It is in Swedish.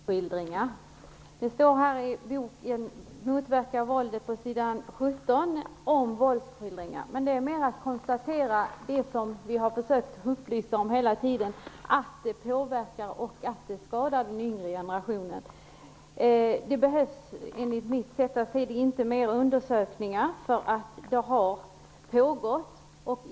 Herr talman! Jag vill ta upp frågan om våldsskildringar. I boken "Motverka våldet" behandlas på s. 17 våldsskildringar. Det är närmast fråga om ett konstaterande av det som vi hela tiden har försökt upplysa om, att sådana påverkar och skadar den yngre generationen. Enligt mitt sätt att se det behövs inte flera undersökningar. Undersökningar har gjorts.